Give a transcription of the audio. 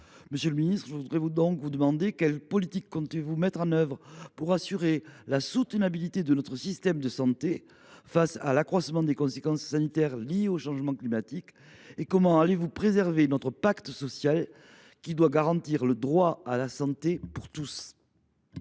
plus vulnérables et accroissent les inégalités. Quelles politiques comptez vous mettre en œuvre pour assurer la soutenabilité de notre système de santé face à l’aggravation des conséquences sanitaires liées au changement climatique ? Comment allez vous préserver notre pacte social, qui doit garantir le droit à la santé pour tous